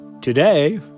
today